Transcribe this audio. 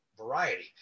variety